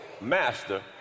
master